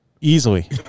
easily